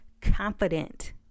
confident